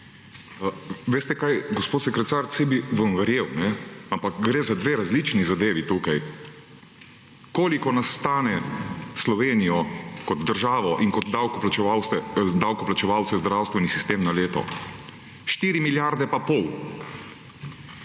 Veste kaj, gospod sekretar. Saj bi vam verjel, ampak gre za 2 različni zadevi tukaj. Koliko nas stane Slovenijo kot državo in kot davkoplačevalce zdravstveni sistem na leto? 4 milijarde in pol.